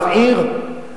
רב עיר,